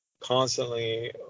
constantly